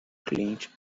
cliente